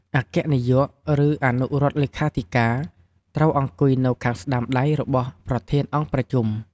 អគ្គនាយក ឬអនុរដ្ឋលេខាធិការ ត្រូវអង្គុយនៅខាងស្តាំដៃរបស់ប្រធានអង្គប្រជុំ។